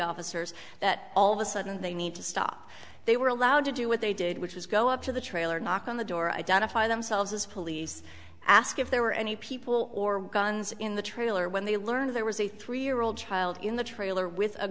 officers that all of a sudden they need to stop they were allowed to do what they did which is go up to the trailer not on the door identify themselves as police ask if there were any people or guns in the trailer when they learned there was a three year old child in the trailer with a